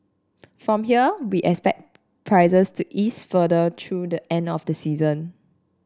from here we expect prices to ease further through the end of the season